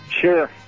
Sure